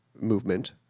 movement